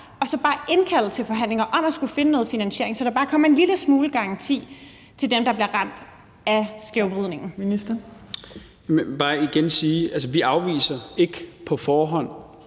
og så bare indkalde til forhandlinger om at skulle finde noget finansiering, så der bare kommer en lille smule garanti til dem, der bliver ramt af skævvridningen. Kl. 17:26 Fjerde næstformand